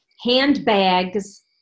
Handbags